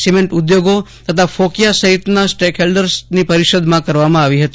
cement ઉધોગો તથા ફોકીયા સહિતના સ્ટક હોલ્ડર્સની પરિષદોમાં કરવામાં આવી હતી